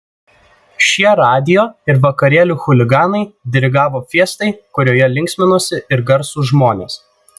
šie radijo ir vakarėlių chuliganai dirigavo fiestai kurioje linksminosi ir garsūs žmonės